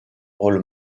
rôle